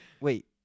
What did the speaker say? wait